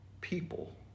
people